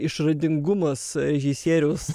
išradingumas režisieriaus